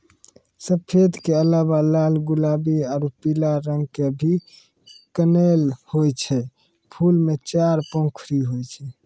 सफेद के अलावा लाल गुलाबी आरो पीला रंग के भी कनेल होय छै, फूल मॅ चार पंखुड़ी होय छै